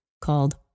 called